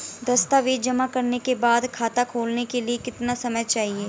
दस्तावेज़ जमा करने के बाद खाता खोलने के लिए कितना समय चाहिए?